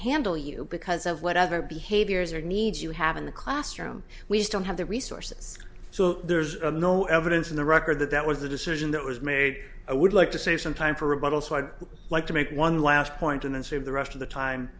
handle you because of whatever behaviors or needs you have in the classroom we just don't have the resources so there's no evidence in the record that that was a decision that was made i would like to save some time for rebuttal so i'd like to make one last point and save the rest of the time